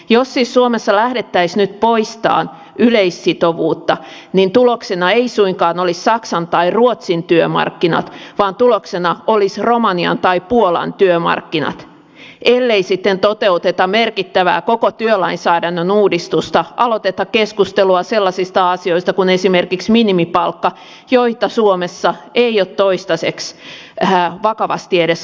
jos siis suomessa lähdettäisiin nyt poistamaan yleissitovuutta niin tuloksena ei suinkaan olisi saksan tai ruotsin työmarkkinat vaan tuloksena olisi romanian tai puolan työmarkkinat ellei sitten toteuteta merkittävää koko työlainsäädännön uudistusta aloiteta keskustelua sellaisista asioista kuin esimerkiksi minimipalkka joita suomessa ei ole toistaiseksi vakavasti edes harkittu